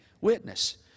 witness